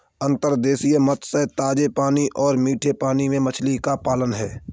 अंतर्देशीय मत्स्य पालन ताजे पानी और मीठे पानी में मछली का पालन है